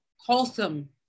Wholesome